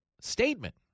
statement